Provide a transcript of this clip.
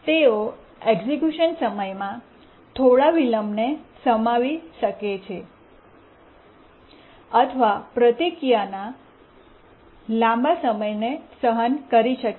તેઓ એક્ઝેક્યુશન સમયમાં થોડી વિલંબને સમાવી શકે છે અથવા પ્રતિક્રિયાના લાંબા સમયને સહન કરી શકે છે